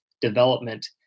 development